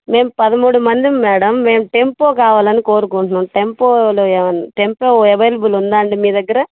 మేం పదమూడు మందిమి మ్యాడమ్ మేం టెంపో కావాలని కోరుకుంటున్నాం టెంపోలు ఏవైనాటెంపో అవైలబుల్ ఉందా అండి మీ దగ్గర